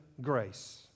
grace